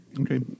Okay